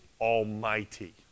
almighty